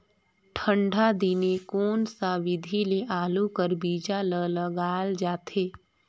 ठंडा दिने कोन सा विधि ले आलू कर बीजा ल लगाल जाथे?